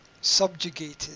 subjugated